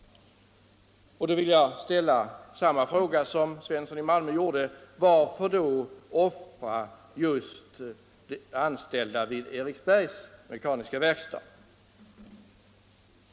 Då vill jag ställa samma fråga som herr Svensson i Malmö ställde: Varför offra just de anställda vid Eriksbergs Mekaniska Verkstad?